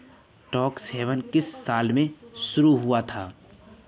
Tax haven किस साल में शुरू हुआ है?